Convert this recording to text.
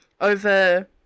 over